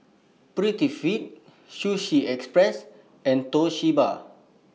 Prettyfit Sushi Express and Toshiba